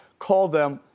called them,